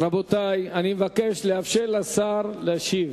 רבותי, אני מבקש לאפשר לשר להשיב.